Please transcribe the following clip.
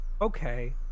okay